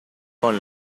con